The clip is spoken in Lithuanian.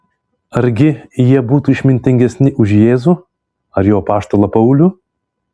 argi jie būtų išmintingesni už jėzų ar jo apaštalą paulių